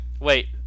wait